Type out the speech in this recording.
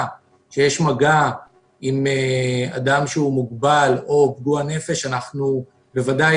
שיש מגע עם אדם שהוא מוגבל או פגוע נפש אנחנו בוודאי